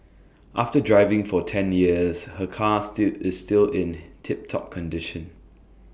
after driving for ten years her car ii is still in tip top condition